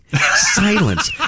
Silence